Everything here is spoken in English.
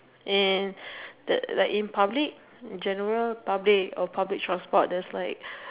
in the like in public general public or public transport there's like